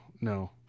No